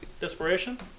Desperation